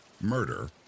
Murder